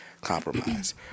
compromise